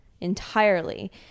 entirely